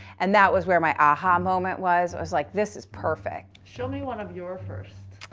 and that was where my aha moment was. i was like, this is perfect. show me one of your first.